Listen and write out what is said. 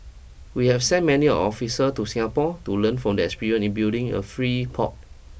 we have sent many officer to Singapore to learn from experience in building a free port